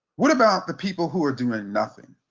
what about the people who are doing nothing?